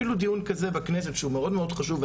אפילו דיון כזה בכנסת שהוא מאוד חשוב,